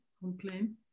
Complain